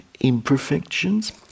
imperfections